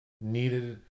needed